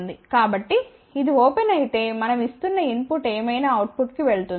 కాబట్టి ఇది ఓపెన్ అయితే మనం ఇస్తున్న ఇన్ పుట్ ఏమైనా అవుట్పుట్కు వెళ్తుంది